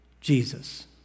Jesus